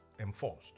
enforced